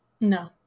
No